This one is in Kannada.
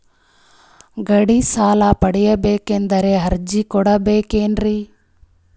ಗಾಡಿ ಸಾಲ ಪಡಿಬೇಕಂದರ ಅರ್ಜಿ ಕೊಡಬೇಕೆನ್ರಿ?